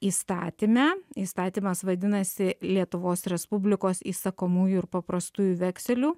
įstatyme įstatymas vadinasi lietuvos respublikos įsakomųjų ir paprastųjų vekselių